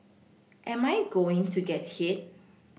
am I going to get hit